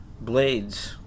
blades